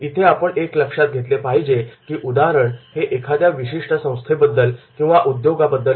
यावरून आपल्याला उदाहरणातील मुद्दे कळतील